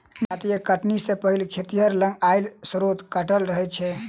जजाति कटनी सॅ पहिने खेतिहर लग आयक स्रोत घटल रहल छै